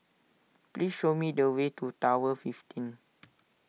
please show me the way to Tower fifteen